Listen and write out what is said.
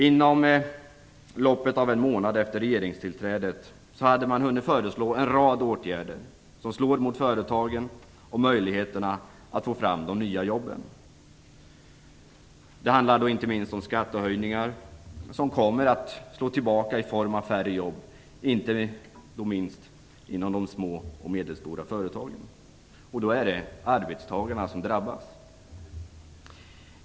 Inom loppet av en månad efter regeringstillträdet hade man hunnit föreslå en rad åtgärder som slår mot företagen och möjligheterna att få fram nya jobb. Det handlar inte minst om skattehöjningar som kommer att slå tillbaka i form av färre jobb, inte minst i de små och medelstora företagen. Då är det arbetstagarna som drabbas.